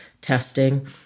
testing